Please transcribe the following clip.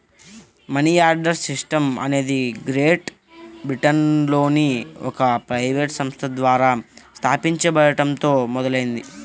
money order system అనేది great బ్రిటన్లోని ఒక ప్రైవేట్ సంస్థ ద్వారా స్థాపించబడటంతో మొదలైంది